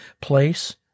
place